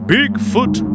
Bigfoot